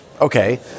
Okay